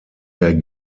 der